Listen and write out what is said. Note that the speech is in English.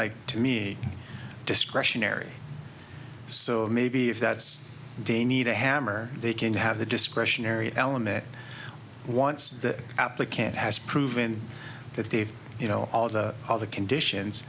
like to me discretionary so maybe if that's they need a hammer they can have the discretionary element once the applicant has proven that they've you know all the conditions